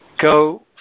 go